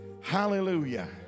Hallelujah